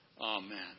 Amen